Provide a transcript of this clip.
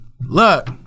look